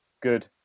good